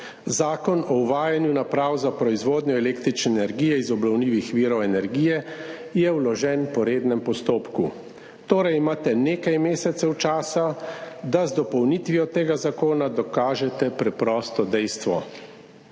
Zakon o uvajanju naprav za proizvodnjo električne energije iz obnovljivih virov energije je vložen po rednem postopku, torej imate nekaj mesecev časa, da z dopolnitvijo tega zakona dokažete preprosto dejstvo,